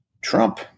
Trump